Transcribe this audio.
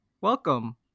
Welcome